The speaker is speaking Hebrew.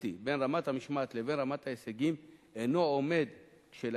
סטטיסטי בין רמת המשמעת לבין רמת ההישגים אינו עומד כשלעצמו.